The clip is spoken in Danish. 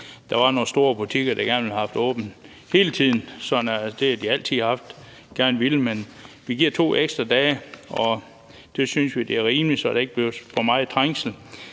der er nogle store butikker, der gerne ville have haft åbent hele tiden. Det har de altid gerne villet. Men vi giver to ekstra dage, og det synes vi er rimeligt, så der ikke bliver for meget trængsel